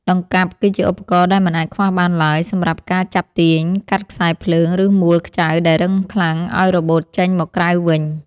ដង្កាប់ គឺជាឧបករណ៍ដែលមិនអាចខ្វះបានឡើយសម្រាប់ការចាប់ទាញ កាត់ខ្សែភ្លើង ឬមួលខ្ចៅដែលរឹងខ្លាំងឱ្យរបូតចេញមកក្រៅវិញ។